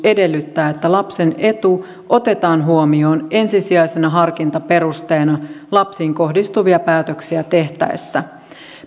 edellyttää että lapsen etu otetaan huomioon ensisijaisena harkintaperusteena lapsiin kohdistuvia päätöksiä tehtäessä